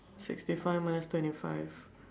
sixty five minus twenty five